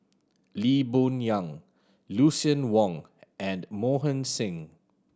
Lee Boon Yang Lucien Wang and Mohan Singh